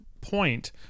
point